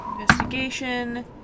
Investigation